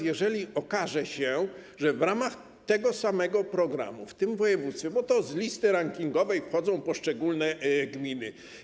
Jeżeli okaże się, że w ramach tego samego programu w województwie, bo to z listy rankingowej wchodzą poszczególne gminy.